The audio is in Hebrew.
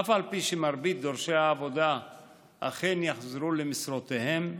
אף על פי שמרבית דורשי העבודה אכן יחזרו למשרותיהם,